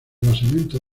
basamento